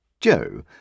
Joe